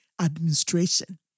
administration